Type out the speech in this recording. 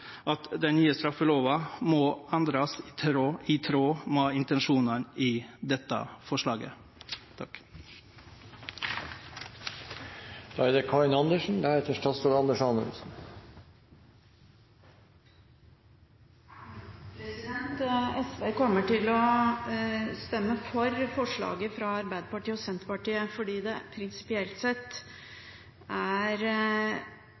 at den nye straffelova må endrast i tråd med intensjonane i dette forslaget. SV kommer til å stemme for forslaget fra Arbeiderpartiet og Senterpartiet fordi det prinsipielt sett er